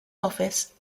office